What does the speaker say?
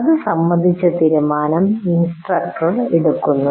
ഇത് സംബന്ധിച്ച തീരുമാനം ഇൻസ്ട്രക്ടർ എടുക്കുന്നു